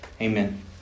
Amen